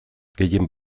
gehien